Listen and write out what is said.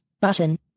Button